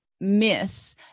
miss